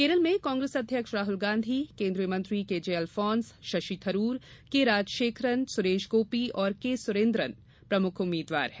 केरल में कांग्रेस अध्यक्ष राहुल गांधी केंद्रीय मंत्री केजे अलफोंस शशि थरूर के राजशेखरन सुरेश गोपी और के सुरेंद्रन प्रमुख उम्मीदवार हैं